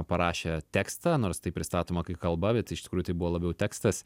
parašė tekstą nors tai pristatoma kaip kalba bet iš tikrųjų tai buvo labiau tekstas